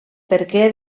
perquè